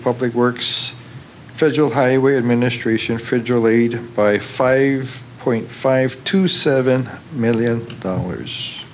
public works federal highway administration frigidly by five point five to seven million dollars